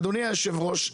ואדוני היושב-ראש,